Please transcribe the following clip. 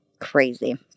crazy